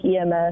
EMS